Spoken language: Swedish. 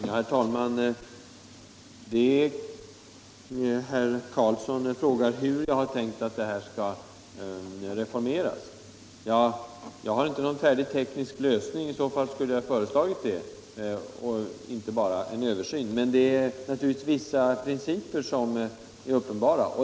Herr talman! Herr Karlsson frågar hur jag har tänkt att detta skall reformeras. Jag har inte någon färdig teknisk lösning. I så fall skulle jag fört fram den och inte bara föreslagit en översyn. Men vissa principer är uppenbara.